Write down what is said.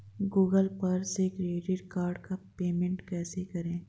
Google पर से credit card का पेमेंट कैसे करें?